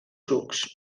sucs